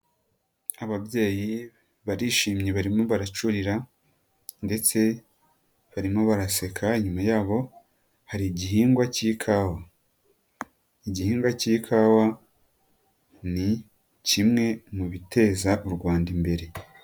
Ababyeyi barishimye barimo baracurira ndetse barimo baraseka inyuma yaho hari igihingwa k'ikawa. Igihingwa k'ikawa ni kimwe mu biteza u Rwanda imbere.